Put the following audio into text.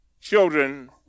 children